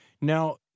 Now